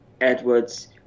Edwards